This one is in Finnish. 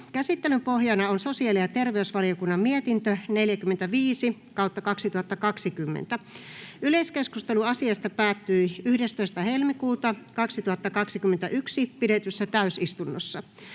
Käsittelyn pohjana on sosiaali- ja terveysvaliokunnan mietintö StVM 45/2020 vp. Yleiskeskustelu asiasta päättyi 11.2.2021 pidetyssä täysistunnossa.